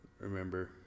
remember